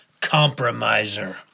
compromiser